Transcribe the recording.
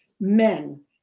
men